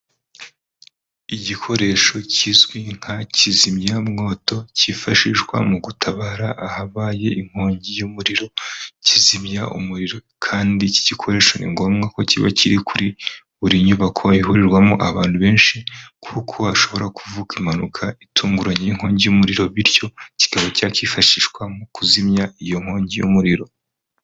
Igikoresho kizwi nka kizimyamwoto cyifashishwa mu gutabara ahabaye inkongi y'umuriro kizimya umuriro kandi iki gikoresho ni ngombwa ko kiba kiri kuri buri nyubako ihurirwamo abantu benshi kuko hashobora kuvuka impanuka itunguranye inkongi y'umuriro bityo kikaba cyakifashishwa mu kuzimya iyo nkongi y'umuriro.